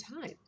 time